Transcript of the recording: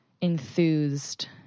enthused